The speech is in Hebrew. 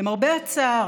למרבה הצער,